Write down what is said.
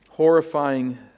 Horrifying